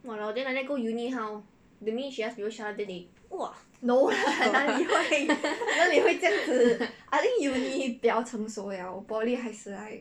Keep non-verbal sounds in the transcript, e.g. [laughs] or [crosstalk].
no lah 哪里会 [laughs] 哪里会这样子 I think uni 比较成熟 liao poly 还是 like